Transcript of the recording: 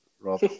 Rob